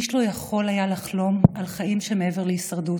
איש לא יכול היה לחלום על חיים שמעבר להישרדות,